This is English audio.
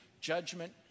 judgment